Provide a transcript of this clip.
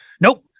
Nope